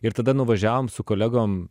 ir tada nuvažiavom su kolegom